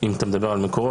אם אתה מדבר על מקורות,